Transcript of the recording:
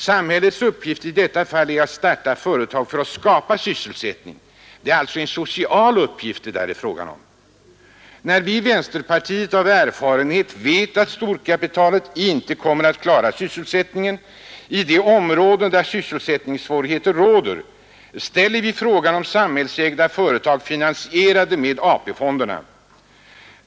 Samhällets uppgift i detta fall är att starta företag för att skapa sysselsättning. Det är alltså en social uppgift det där är fråga om. Och eftersom vi i vänsterpartiet kommunisterna av erfarenhet vet att storkapitalet inte kommer att klara sysselsättningen i de områden där arbetslöshet råder, har vi aktualiserat frågan om samhällsägda företag finansierade med AP-fonderna.